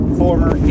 former